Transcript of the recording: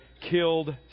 killed